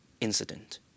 incident